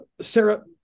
Sarah